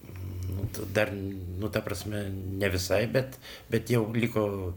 nu ta dar nu ta prasme ne visai bet bet jau liko